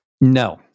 No